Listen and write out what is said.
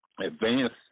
advance